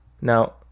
Now